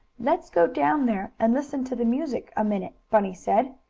let's go down there and listen to the music a minute, bunny said.